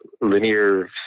linear